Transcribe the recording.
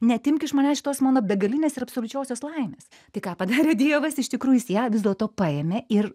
neatimk iš manęs šitos mano begalinės ir absoliučiosios laimės tai ką padarė dievas iš tikrųjų jis ją vis dėlto paėmė ir